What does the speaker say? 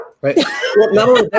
Right